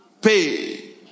pay